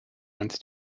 wants